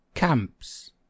Camps